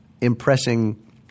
impressing